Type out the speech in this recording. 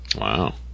Wow